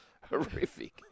Horrific